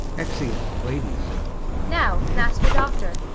exeunt ladies now, master doctor,